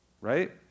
right